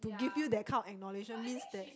to give you that kind of acknowledgement means that